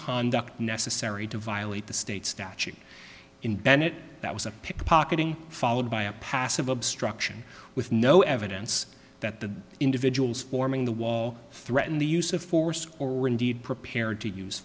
conduct necessary to violate the state statute in bennett that was a pickpocketing followed by a passive obstruction with no evidence that the individuals forming the wall threaten the use of force or were indeed prepared to use